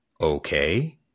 Okay